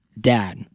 dad